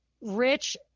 rich